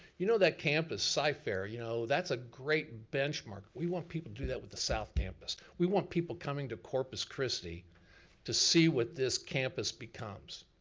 you know that campus, cyfair, you know that's a great benchmark. we want people to do that with the south campus. we want people coming to corpus christi to see what this campus becomes.